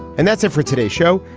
and that's it for today's show.